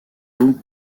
vous